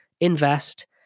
Invest